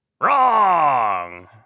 wrong